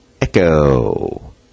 Echo